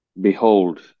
behold